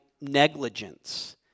negligence